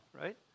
right